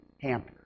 hamper